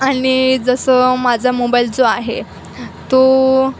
आणि जसं माझा मोबाईल जो आहे तो